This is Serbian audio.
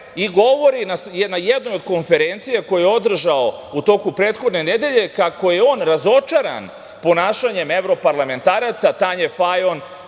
i govori na jednoj konferenciji, koju je održao u toku prethodne nedelje, kako je on razočaran ponašanjem evroparlamentaraca, Tanje Fajon,